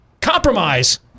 Compromise